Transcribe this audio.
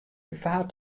gefaar